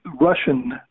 Russian